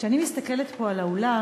כשאני מסתכלת פה על האולם,